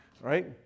right